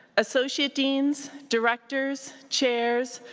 associate deans, directors, chairs,